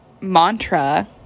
mantra